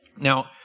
Now